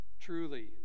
Truly